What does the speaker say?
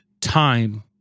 time